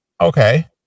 Okay